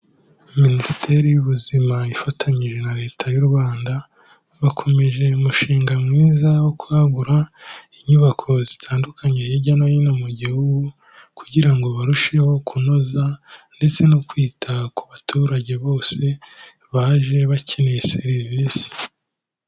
Minisiteri y'ubuzima ifatanyije na leta y'u Rwanda, bakomeje umushinga mwiza wo kwagura inyubako zitandukanye hirya no hino mu gihugu, kugira ngo barusheho kunoza ndetse no kwita ku baturage bose baje bakeneye serivisi.